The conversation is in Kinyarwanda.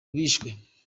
bishwe